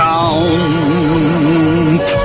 Count